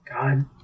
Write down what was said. God